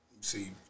see